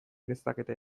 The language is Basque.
dezakete